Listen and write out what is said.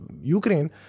Ukraine